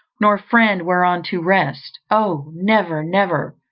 nor friend whereon to rest? oh! never! never!